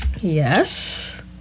Yes